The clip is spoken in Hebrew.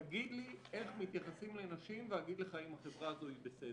תגיד לי איך מתייחסים לנשים ואגיד לך אם החברה הזו היא בסדר.